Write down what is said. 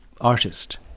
Artist